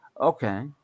Okay